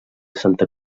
santa